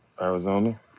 Arizona